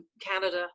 Canada